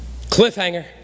Cliffhanger